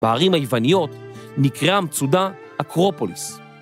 בערים היווניות נקרא המצודה אקרופוליס.